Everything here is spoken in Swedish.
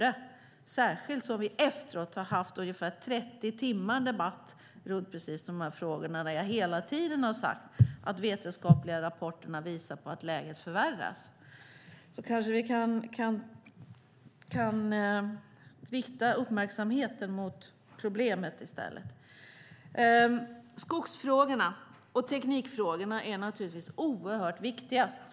Det gäller särskilt som vi efteråt har haft ungefär 30 timmar debatt om dessa frågor där jag hela tiden har sagt att de vetenskapliga rapporterna visar på att läget förvärras. Vi kan kanske rikta uppmärksamheten mot problemet i stället. Skogsfrågorna och teknikfrågorna är oerhört viktiga.